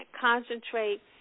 concentrate